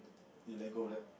you let go of that